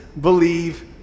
believe